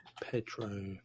Pedro